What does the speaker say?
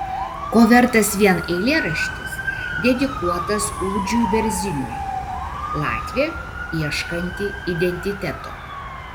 ko vertas vien eilėraštis dedikuotas uldžiui berziniui latvė ieškanti identiteto